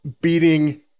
beating